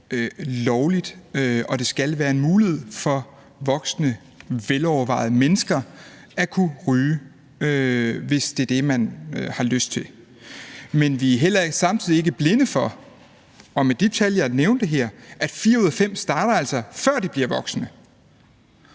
lovligt, og at det skal være en mulighed for voksne, velovervejede mennesker at kunne ryge, hvis det er det, man har lyst til. Men vi er samtidig heller ikke blinde for, og med de tal, jeg nævnte her, at fire ud af fem altså starter, før de bliver voksne,